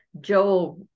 Joel